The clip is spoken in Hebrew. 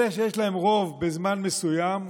אלה שיש להם רוב בזמן מסוים,